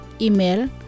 Email